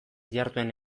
diharduen